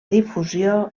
difusió